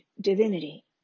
divinity